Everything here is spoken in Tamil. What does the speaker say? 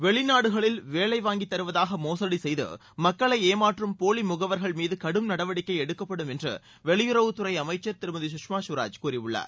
வெளிநாடுகளில் வேலைவாங்கி தருவதாக மோசடி செய்து மக்களை ஏமாற்றும் போலி முகவர்கள் மீது கடும் நடவடிக்கை எடுக்கப்படும் என்று வெளியுறவுத்துறை அமைச்சர் திருமதி சுஷ்மா சுவராஜ் கூறியுள்ளார்